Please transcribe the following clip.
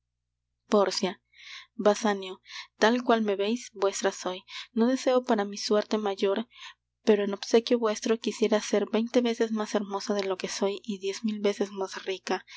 basanio tal cual me veis vuestra soy no deseo para mí suerte mayor pero en obsequio vuestro quisiera ser veinte veces más hermosa de lo que soy y diez mil veces más rica